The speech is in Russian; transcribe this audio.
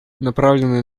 направленная